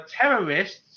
terrorists